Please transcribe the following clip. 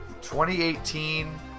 2018